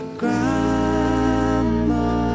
grandma